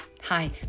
Hi